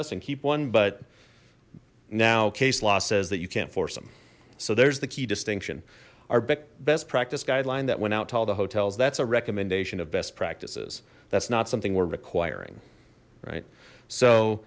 us and keep one but now case law says that you can't force them so there's the key distinction our best practice guideline that went out to all the hotels that's a recommendation of best practices that's not something we're requiring right so